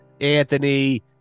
Anthony